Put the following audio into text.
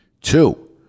two